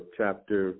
chapter